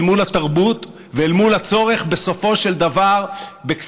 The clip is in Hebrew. אל מול התרבות ואל מול הצורך בסופו של דבר לתת לנו,